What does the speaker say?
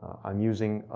i'm using,